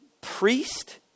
priest